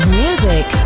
music